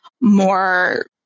more